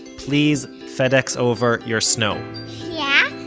please fed-ex over your snow yeah.